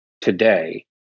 today